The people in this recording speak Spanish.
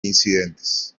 incidentes